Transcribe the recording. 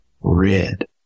red